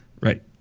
right